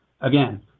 Again